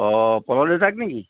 অ